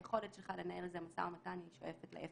היכולת שלך לנהל על זה משא ומתן שואפת לאפס.